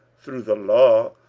through the law,